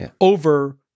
over-